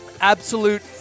absolute